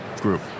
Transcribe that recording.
group